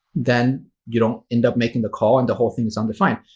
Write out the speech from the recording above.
then you don't end up making the call and the whole thing is undefined.